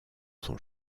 son